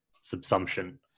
subsumption